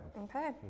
Okay